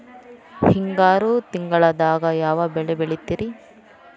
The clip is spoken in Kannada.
ಹಿಂಗಾರು ತಿಂಗಳದಾಗ ಯಾವ ಬೆಳೆ ಬೆಳಿತಿರಿ?